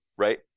Right